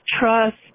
trust